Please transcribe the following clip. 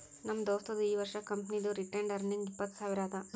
ನಮ್ ದೋಸ್ತದು ಈ ವರ್ಷ ಕಂಪನಿದು ರಿಟೈನ್ಡ್ ಅರ್ನಿಂಗ್ ಇಪ್ಪತ್ತು ಸಾವಿರ ಅದಾ